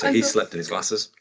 ah he slept in his glasses.